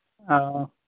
آں